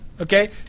okay